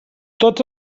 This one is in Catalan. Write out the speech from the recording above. tots